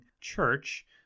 church